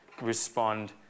respond